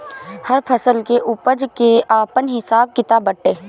हर फसल के उपज के आपन हिसाब किताब बाटे